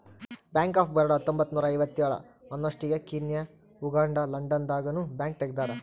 bank of Baroda ಹತ್ತೊಂಬತ್ತ್ನೂರ ಐವತ್ತೇಳ ಅನ್ನೊಸ್ಟಿಗೆ ಕೀನ್ಯಾ ಉಗಾಂಡ ಲಂಡನ್ ದಾಗ ನು ಬ್ಯಾಂಕ್ ತೆಗ್ದಾರ